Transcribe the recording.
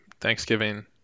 Thanksgiving